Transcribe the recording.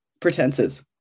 pretenses